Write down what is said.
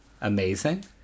Amazing